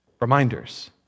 reminders